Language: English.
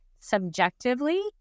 subjectively